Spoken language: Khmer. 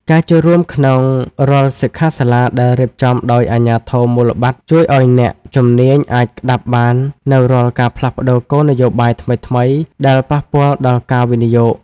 ការចូលរួមក្នុងរាល់សិក្ខាសាលាដែលរៀបចំដោយអាជ្ញាធរមូលបត្រ ជួយឱ្យអ្នកជំនាញអាចក្ដាប់បាននូវរាល់ការផ្លាស់ប្តូរគោលនយោបាយថ្មីៗដែលប៉ះពាល់ដល់ការវិនិយោគ។